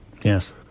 yes